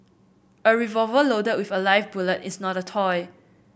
a revolver loaded with a live bullet is not a toy